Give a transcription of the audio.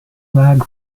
flag